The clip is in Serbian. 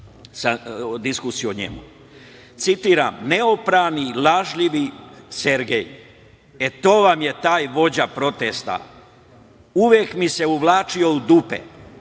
diskusiju o njemu. Dakle, citiram: „Neoprani i lažljivi Sergej. E to vam je taj vođa protesta. Uvek mi se uvlačio u dupe,